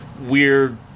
weird